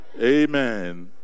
Amen